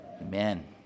Amen